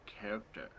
character